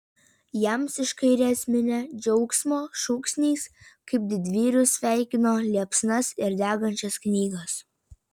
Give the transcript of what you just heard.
jiems iš kairės minia džiaugsmo šūksniais kaip didvyrius sveikino liepsnas ir degančias knygas